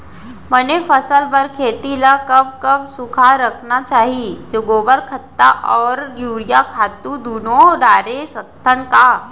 बने फसल बर खेती ल कब कब सूखा रखना चाही, गोबर खत्ता और यूरिया खातू दूनो डारे सकथन का?